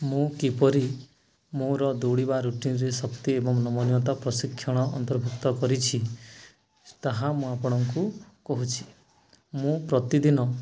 ମୁଁ କିପରି ମୋର ଦୌଡ଼ିବା ରୁଟିନରେ ଶକ୍ତି ଏବଂ ନମନୀୟତା ପ୍ରଶିକ୍ଷଣ ଅନ୍ତର୍ଭୁକ୍ତ କରିଛି ତାହା ମୁଁ ଆପଣଙ୍କୁ କହୁଛି ମୁଁ ପ୍ରତିଦିନ